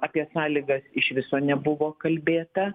apie sąlygas iš viso nebuvo kalbėta